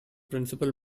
principal